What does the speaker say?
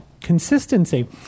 consistency